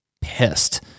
pissed